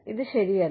ഇത് ശരിയല്ല